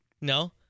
No